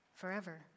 Forever